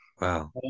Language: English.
Wow